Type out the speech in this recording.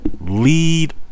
Lead